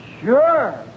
Sure